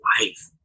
life